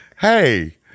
hey